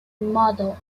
model